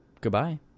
goodbye